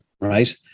right